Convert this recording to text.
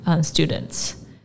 students